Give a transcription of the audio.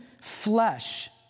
flesh